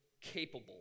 capable